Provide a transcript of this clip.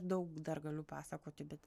daug dar galiu pasakoti bet